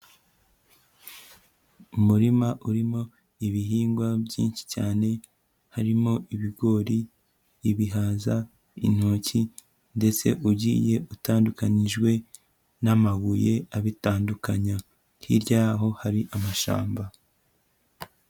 Umurima urimo ibihingwa byinshi cyane, harimo ibigori, ibihaza, intoki ndetse ugiye utandukanyijwe n'amabuye abitandukanya, hirya yaho hari amashyamba.